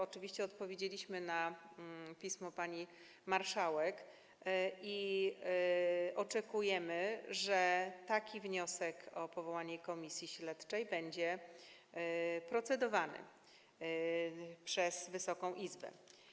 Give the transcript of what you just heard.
Oczywiście odpowiedzieliśmy na pismo pani marszałek i oczekujemy, że taki wniosek o powołanie Komisji Śledczej będzie procedowany przez Wysoką Izbę.